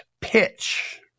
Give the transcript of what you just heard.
pitch